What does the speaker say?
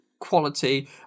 quality